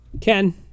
Ken